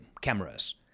cameras